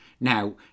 Now